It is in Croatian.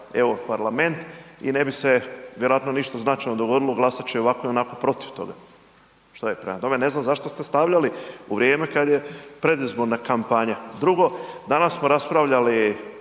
EU parlament i ne bi se vjerojatno ništa značajno dogodilo, glasat će i ovako i onako protiv toga, šta je, prema tome, ne znam zašto ste stavljali u vrijeme kad je predizborna kampanja. Drugo, danas smo raspravljali,